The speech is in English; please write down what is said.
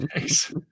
nice